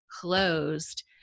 closed